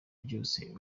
ryose